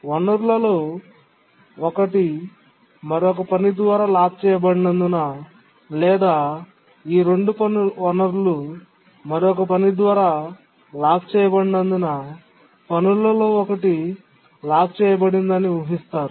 వనరులలో ఒకటి మరొక పని ద్వారా లాక్ చేయబడినందున లేదా ఈ రెండు వనరులు మరొక పని ద్వారా లాక్ చేయబడినందున పనులలో ఒకటి లాక్ చేయబడిందని ఊహిస్తారు